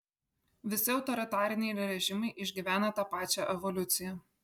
visi autoritariniai režimai išgyvena tą pačią evoliuciją